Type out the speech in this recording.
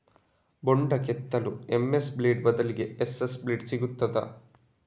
ಬೊಂಡ ಕೆತ್ತಲು MS blade ಬದ್ಲಾಗಿ ಎಸ್.ಎಸ್ ಬ್ಲೇಡ್ ಸಿಕ್ತಾದ?